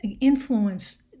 influence